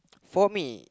for me